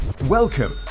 Welcome